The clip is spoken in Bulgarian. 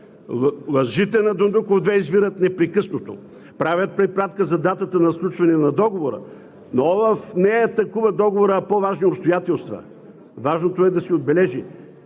Лъжите на Дондуков 2 извират непрекъснато, правят препратка за сключването на договора, но ОЛАФ не атакува договора, а по-важни обстоятелства. Важно е да се отбележи,